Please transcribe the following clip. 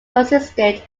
consisted